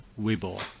Weibo